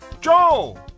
Joel